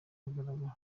ahagaragara